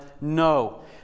no